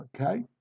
Okay